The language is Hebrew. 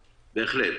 בהחלט.